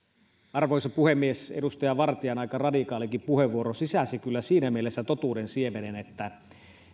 arvoisa puhemies edustaja vartian aika radikaalikin puheenvuoro sisälsi siinä mielessä totuuden siemenen että kyllä